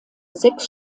sechs